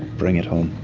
bring it home.